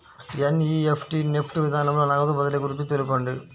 NEFT NEFT విధానంలో నగదు బదిలీ గురించి తెలుపండి?